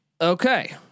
Okay